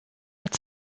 hat